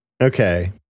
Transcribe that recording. Okay